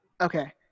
Okay